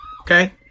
okay